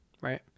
right